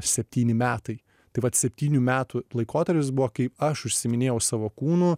septyni metai tai vat septynių metų laikotarpis buvo kai aš užsiiminėjau savo kūnu